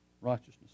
righteousness